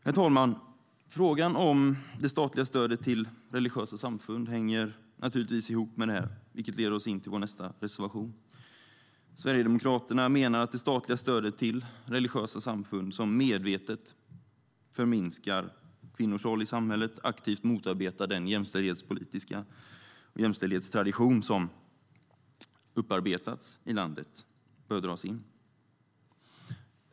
Herr talman! Frågan om det statliga stödet till religiösa samfund hänger naturligtvis ihop med det här, vilket leder oss in på vår nästa reservation. Sverigedemokraterna menar att det statliga stödet till religiösa samfund som medvetet förminskar kvinnors roll i samhället och aktivt motarbetar den jämställdhetspolitik och jämställdhetstradition som upparbetats i landet bör dras in.